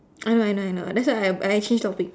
I know I know I know that's why I I change topic